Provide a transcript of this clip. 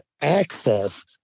access